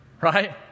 right